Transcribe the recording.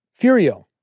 Furio